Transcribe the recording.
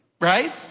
Right